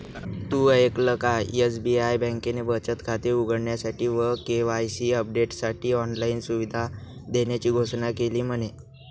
तु ऐकल का? एस.बी.आई बँकेने बचत खाते उघडण्यासाठी व के.वाई.सी अपडेटसाठी ऑनलाइन सुविधा देण्याची घोषणा केली म्हने